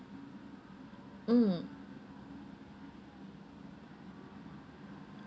mm